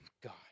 God